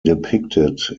depicted